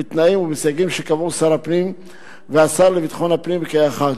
בתנאים ובסייגים שקבעו שר הפנים והשר לביטחון הפנים כאחד,